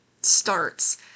starts